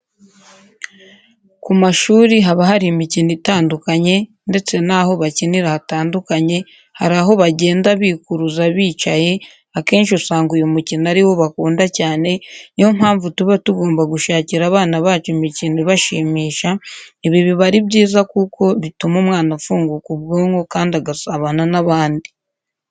Ku mashuri haba hari imikino itandukanye ndetse naho bakinira hatandukanye hari aho bagenda bikuruza bicaye, akenshi usanga uyu mukino ariwo bakunda cyane, niyo mpamvu tuba tugomba gushakira abana bacu imikino ibashimisha, ibi biba ari byiza kuko bituma umwana afunguka ubwonko kandi agasabana n'abandi.